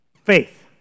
faith